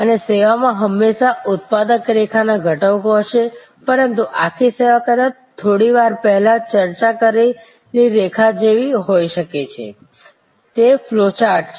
અને સેવા માં હંમેશા ઉત્પાદક રેખા ના ઘટકો હશે પરંતુ આખી સેવા કદાચ થોડી વાર પહેલાં ચર્ચા કરેલી રેખા જેવી હોઈ શકે છે તે ફ્લો ચાર્ટ છે